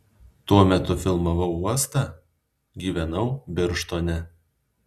tuo metu filmavau uostą gyvenau birštone